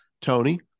Tony